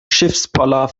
schiffspoller